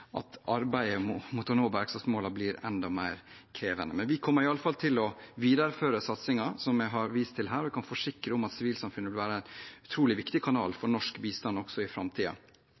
å videreføre satsingen, som jeg har vist til her, og kan forsikre om at sivilsamfunnet vil være en utrolig viktig kanal for norsk bistand også i